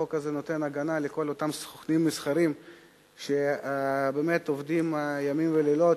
החוק הזה נותן הגנה לכל אותם סוכנים מסחריים שבאמת עובדים ימים ולילות,